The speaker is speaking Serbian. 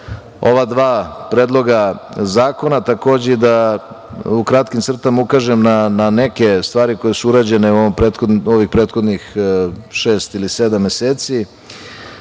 ova dva Predloga zakona, takođe da u kratkim crtama ukažem na neke stvari koje su urađene ovih prethodnih šest ili sedam meseci.